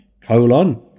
Colon